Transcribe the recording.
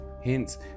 hints